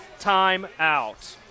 timeout